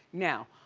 now,